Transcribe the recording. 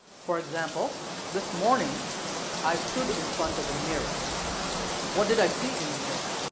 for example this morning i stood in front of a mirror what did i see in the mirror?